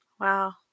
Wow